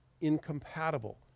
incompatible